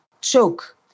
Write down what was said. choke